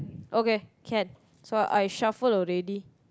okay can so I shuffle already